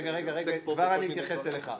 רגע, רגע, אני כבר התייחס אליך.